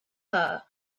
her